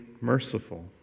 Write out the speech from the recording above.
merciful